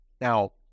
Now